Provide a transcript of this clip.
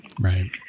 Right